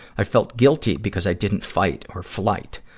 i felt guilty because i didn't fight or flight.